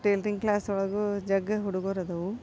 tailoring class ಒಳಗೂ ಹುಡುಗರದಾವು